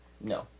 No